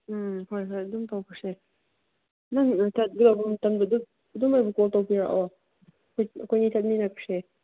ꯎꯝ ꯍꯣꯏ ꯍꯣꯏ ꯑꯗꯨꯝ ꯇꯧꯈ꯭ꯔꯁꯦ ꯅꯪ ꯑꯥ ꯃꯇꯝꯗ ꯑꯗꯨꯝ ꯑꯗꯨꯝ ꯑꯩꯕꯨ ꯀꯣꯜ ꯇꯧꯕꯤꯔꯛꯑꯣ ꯑꯩꯈꯣꯏꯅꯤ ꯆꯠꯃꯤꯟꯅꯈ꯭ꯔꯁꯦ